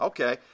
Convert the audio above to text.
Okay